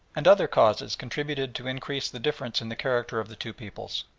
and other causes contributed to increase the difference in the character of the two peoples.